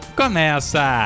começa